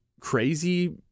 crazy